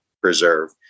preserve